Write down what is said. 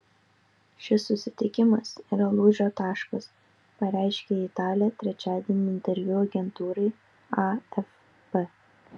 šis susitikimas yra lūžio taškas pareiškė italė trečiadienį interviu agentūrai afp